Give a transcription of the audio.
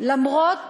למרות